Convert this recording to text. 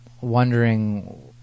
wondering